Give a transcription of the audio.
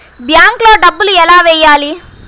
బ్యాంక్లో డబ్బులు ఎలా వెయ్యాలి?